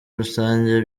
rusange